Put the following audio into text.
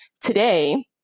today